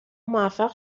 موفق